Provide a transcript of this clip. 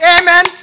Amen